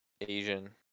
Asian